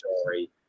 story